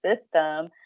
system